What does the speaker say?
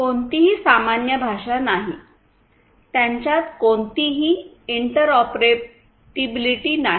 कोणतीही सामान्य भाषा नाही त्यांच्यात कोणतीही इंटरऑपरेबिलिटी नाही